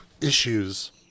issues